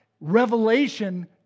Revelation